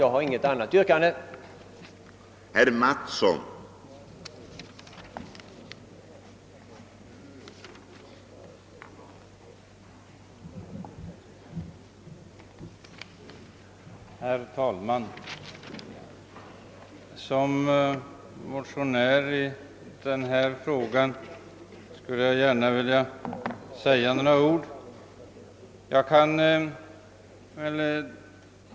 Jag har inget annat yrkande än utskottets.